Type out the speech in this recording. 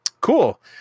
cool